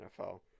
NFL